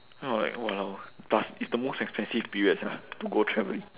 ya like !walao! plus it's the most expensive period sia to go travelling